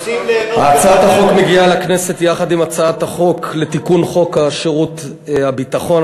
הצעת החוק מגיעה לכנסת יחד עם הצעת החוק לתיקון חוק שירות ביטחון.